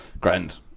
grand